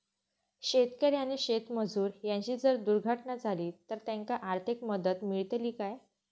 शेतकरी आणि शेतमजूर यांची जर दुर्घटना झाली तर त्यांका आर्थिक मदत मिळतली काय?